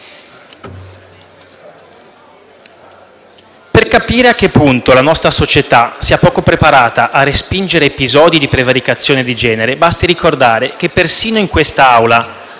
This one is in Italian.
Per capire a che punto la nostra società sia poco preparata a respingere episodi di prevaricazione di genere, basti ricordare che persino in questa Aula,